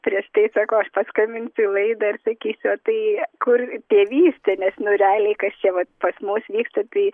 prieš tai sako aš paskambinsiu į laidą ir sakysiu o tai kur tėvystė nes nu realiais kas čia vat pas mus vyksta tai